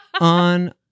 on